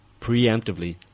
preemptively